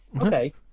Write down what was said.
Okay